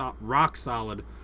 rock-solid